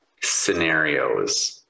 scenarios